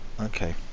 okay